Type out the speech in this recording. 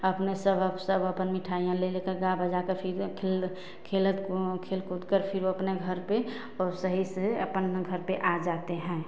अपने सब सब अपन मिठाइयाँ ले लेकर गा बजाकर खेलत कू खेल कूदकर फिर अपने घर पर सही से अपने घर पर आ जाते हैं